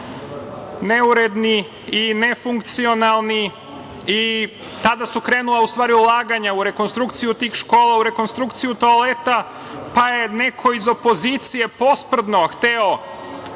neuredni i nefunkcionalni. Tada su krenula ulaganja u rekonstrukciju tih škola, u rekonstrukciju toaleta, pa je neko iz opozicije posprdno hteo